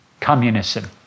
Communism